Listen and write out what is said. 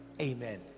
Amen